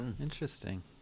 interesting